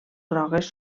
grogues